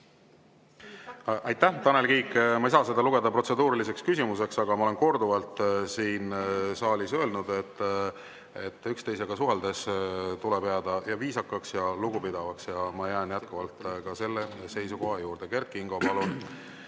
Aitäh, Tanel Kiik! Ma ei saa seda lugeda protseduuriliseks küsimuseks, aga ma olen korduvalt siin saalis öelnud, et üksteisega suheldes tuleb jääda viisakaks ja lugupidavaks, ja ma jään jätkuvalt selle seisukoha juurde. Kert Kingo, palun,